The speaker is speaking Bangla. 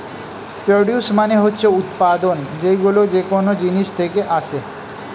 প্রডিউস মানে হচ্ছে উৎপাদন, যেইগুলো যেকোন জিনিস থেকে আসে